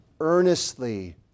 earnestly